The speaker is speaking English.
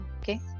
okay